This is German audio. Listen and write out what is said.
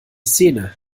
szene